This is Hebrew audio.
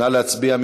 נא להצביע.